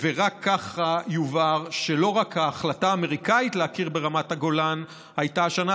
ורק ככה יובהר שלא רק החלטה אמריקנית להכיר ברמת הגולן הייתה השנה